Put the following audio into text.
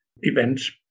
events